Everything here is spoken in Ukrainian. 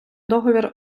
договір